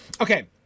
Okay